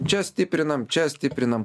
čia stiprinam čia stiprinam